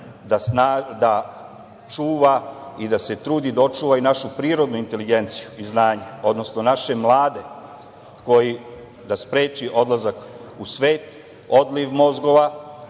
da čuva i da se trudi da očuva i našu prirodnu inteligenciju i znanje, odnosno naše mlade, da spreči odlazak u svet, odliv mozgova